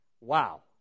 Wow